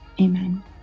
amen